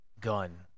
gun